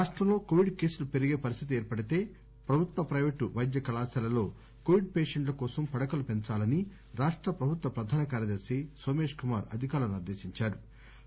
రాష్షంలో Covid కేసులు పెరిగే పరిస్లితి ఏర్పడితే ప్రభుత్వ ప్రయిపేటు పైద్య కళాశాలల్లో కోవిడ్ పేషెంట్ల కోసం పడకలు పెంచాలని రాష్ట ప్రభుత్వ ప్రధాన కార్యదర్ని సోమేష్ కుమార్ అధికారులను ఆదేశించారు